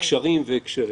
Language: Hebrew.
קשרים והקשרים,